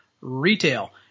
retail